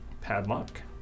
padlock